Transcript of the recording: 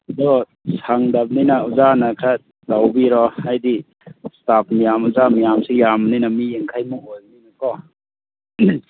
ꯑꯗꯨ ꯁꯪꯗꯝꯅꯤꯅ ꯑꯣꯖꯥꯅ ꯈꯔ ꯇꯧꯕꯤꯔꯣ ꯍꯥꯏꯗꯤ ꯏꯁꯇꯥꯞ ꯃꯌꯥꯝ ꯑꯣꯖꯥ ꯃꯌꯥꯝꯁꯨ ꯌꯥꯝꯕꯅꯤꯅ ꯃꯤ ꯌꯥꯡꯈꯩꯃꯨꯛ ꯑꯣꯏꯕꯅꯤꯅꯀꯣ